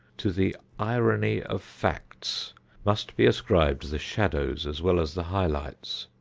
to the irony of facts must be ascribed the shadows as well as the high lights.